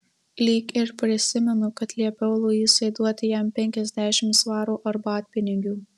lyg ir prisimenu kad liepiau luisai duoti jam penkiasdešimt svarų arbatpinigių